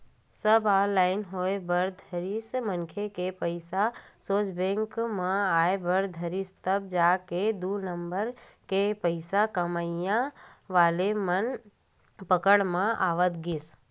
सब online होय बर धरिस मनखे के पइसा सोझ बेंक खाता म आय बर धरिस तब जाके दू नंबर के पइसा कमइया वाले मन पकड़ म आवत गिस